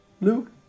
Luke